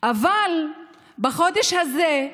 אבל בחודש הזה,